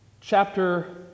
chapter